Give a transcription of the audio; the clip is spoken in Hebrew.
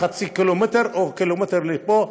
חצי קילומטר או קילומטר לפה,